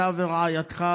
אתה ורעייתך,